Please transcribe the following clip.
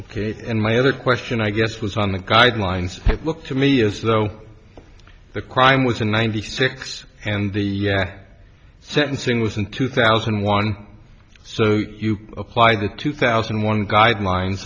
ok and my other question i guess was on the guidelines it looked to me as though the crime was in ninety six and the sentencing was in two thousand and one you applied the two thousand one guidelines